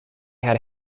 had